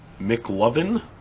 McLovin